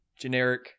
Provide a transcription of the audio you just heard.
generic